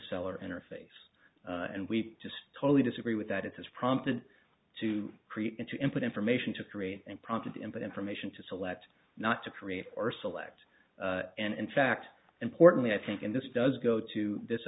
cell or interface and we just totally disagree with that it has prompted to creep into input information to create and prompted input information to select not to create or select and in fact importantly i think and this does go to this